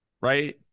right